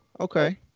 okay